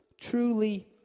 truly